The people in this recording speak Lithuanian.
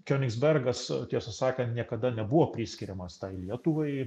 kionigsbergas tiesą sakant niekada nebuvo priskiriamas tai lietuvai